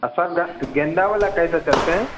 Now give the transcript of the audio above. और सर गेंदा वाला कैसे चलतें हैं